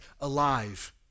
alive